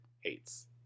hates